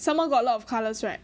some more got a lot of colours right